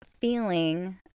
feeling